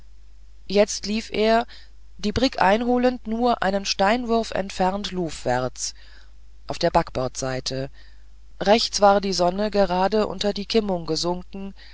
jetzt lief er die brigg einholend nur einen steinwurf entfernt luvwärts auf der backbordseite rechts war die sonne gerade unter der kimmung gesunken